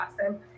awesome